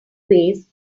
ways